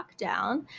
lockdown